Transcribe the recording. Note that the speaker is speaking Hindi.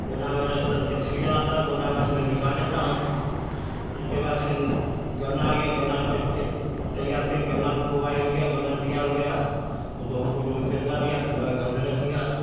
गोदाम में रख जब सीज़न आता है गोदाम में से निकाल लेता हूँ इसके बाद फिर गन्ना आ गया गन्ना का खे खेत तैयार करके गन्ना रोपवाई हो गई गन्ना तैयार हो गया उसको कोल्हू में पेरवा दिया पेरवाकर घर में रख लिया